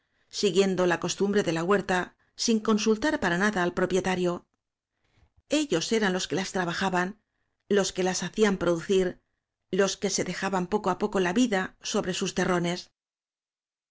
siguiendo la costumbre de la huerta sin consultar para nada al propietario ellos eran los que las tra bajaban los que las hacían producir los que se dejaban poco á poco la vida sobre sus